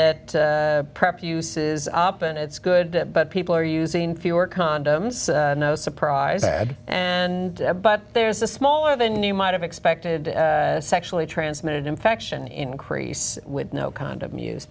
that prep uses up and it's good but people are using fewer condoms no surprise said and but there's a smaller than you might have expected sexually transmitted infection increase with no condom use